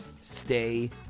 Stay